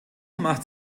macht